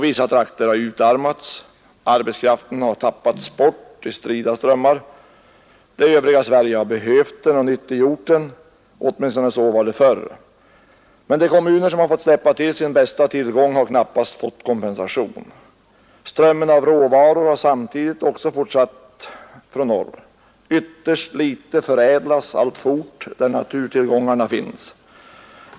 Vissa trakter har utarmats, och arbetskraften har i stor utsträckning gått förlorad. Det övriga Sverige har behövt den och dragit nytta av den; så var det åtminstone förr. Men de kommuner som har fått släppa till sin bästa tillgång har sällan fått kompensation. Strömmen av råvaror från norr har samtidigt fortsatt. Fortfarande förädlas ytterst litet där naturtillgångarna finns.